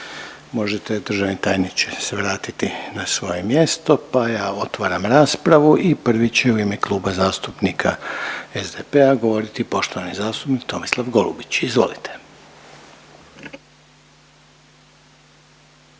Možete državni tajniče se vratiti na svoje mjesto pa ja otvaram raspravu i prvi će u ime Kluba zastupnika SDP-a govoriti poštovani zastupnik Tomislav Golubić. Izvolite.